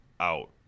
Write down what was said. out